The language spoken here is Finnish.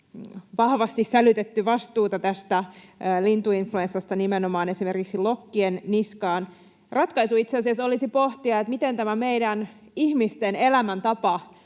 vahvasti sälytetty vastuuta tästä lintuinfluenssasta nimenomaan esimerkiksi lokkien niskaan. Ratkaisu itse asiassa olisi pohtia, miten tämä meidän ihmisten elämäntapa